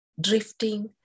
drifting